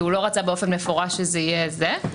כי הוא לא רצה באופן מפורש שזה יהיה זה.